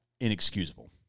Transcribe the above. inexcusable